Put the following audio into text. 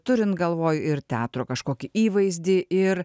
turint galvoj ir teatro kažkokį įvaizdį ir